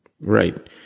Right